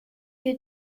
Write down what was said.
que